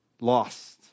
Lost